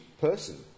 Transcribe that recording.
person